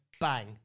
bang